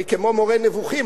אני כמו מורה נבוכים,